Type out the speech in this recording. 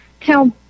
tell